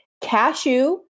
Cashew